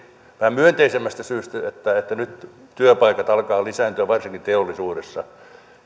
myönteisemmästä syystä että nyt työpaikat alkavat lisääntyä varsinkin teollisuudessa